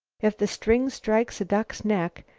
if the string strikes a duck's neck,